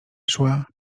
szła